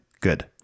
Good